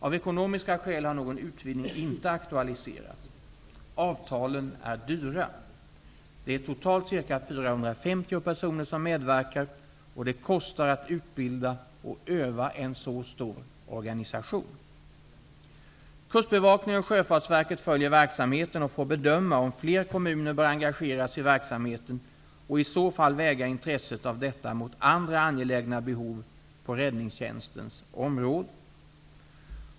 Av ekonomiska skäl har någon utvidgning inte aktualiserats. Avtalen är dyra. Det är totalt ca 450 personer som medverkar, och det kostar att utbilda och öva en så stor organisation. Kustbevakningen och Sjöfartsverket följer verksamheten och får bedöma om fler kommuner bör engageras i verksamheten och i så fall väga intresset av detta mot andra angelägna behov på räddningstjänstens område.